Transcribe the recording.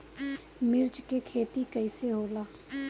मिर्च के खेती कईसे होला?